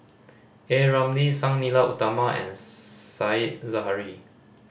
A Ramli Sang Nila Utama and Said Zahari